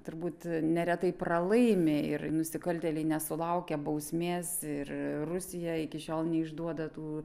turbūt neretai pralaimi ir nusikaltėliai nesulaukia bausmės ir rusija iki šiol neišduoda tų